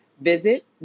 Visit